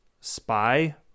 spy